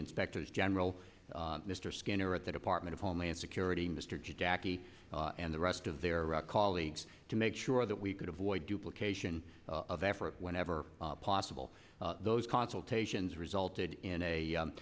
inspectors general mr skinner at the department of homeland security mr jackie and the rest of their colleagues to make sure that we could avoid duplication of effort whenever possible those consultations resulted in a